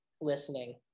listening